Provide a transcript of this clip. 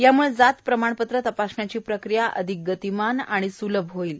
याम्ळे जात प्रमाणपत्र तपासण्याची प्रक्रिया अधिक गतिमान आणि स्लभ होईल